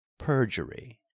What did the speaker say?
Perjury